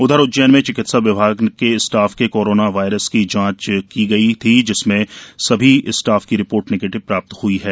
उधर उज्जैन में चिकित्सा विभाग के स्टाफ की कोरोना वायरस की जांच की गई थी जिसमें समस्त स्टाफ की रिपोर्ट नेगेटिव प्राप्त हई है